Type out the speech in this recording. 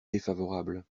défavorable